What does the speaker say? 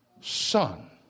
son